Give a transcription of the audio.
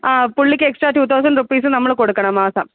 ആ പുള്ളിക്കെസ്ട്രാ two thousand rupees നമ്മൾ കൊടുക്കണം മാസം